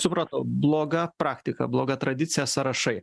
supratau bloga praktika bloga tradicija sąrašai